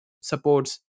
supports